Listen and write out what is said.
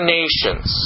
nations